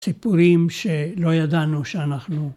סיפורים שלא ידענו שאנחנו.